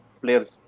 players